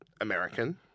American